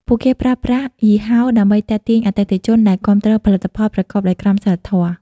ពួកគេប្រើប្រាស់យីហោ ដើម្បីទាក់ទាញអតិថិជនដែលគាំទ្រផលិតផលប្រកបដោយក្រមសីលធម៌ ។